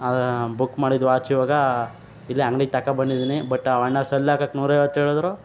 ಅದು ಬುಕ್ ಮಾಡಿದ್ದು ವಾಚ್ ಇವಾಗಾ ಇಲ್ಲೆ ಅಂಗ್ಡಿಗೆ ತಗೋಬಂದಿದೀನಿ ಬಟ್ ಆವಣ್ಣ ಸೆಲ್ ಹಾಕೋಕ್ ನೂರೈವತ್ತು ಹೇಳಿದ್ರು